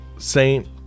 saint